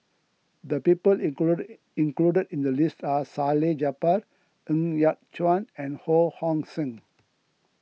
the people included included in the list are Salleh Japar Ng Yat Chuan and Ho Hong Sing